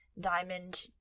diamond